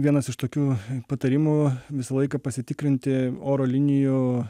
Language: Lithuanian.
vienas iš tokių patarimų visą laiką pasitikrinti oro linijų